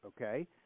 Okay